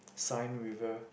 Sine-River